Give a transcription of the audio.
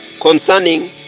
concerning